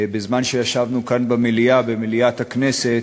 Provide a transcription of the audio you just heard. בזמן שישבנו כאן, במליאת הכנסת,